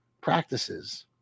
practices